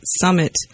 summit